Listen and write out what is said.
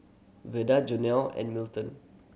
Veda Jonell and Milton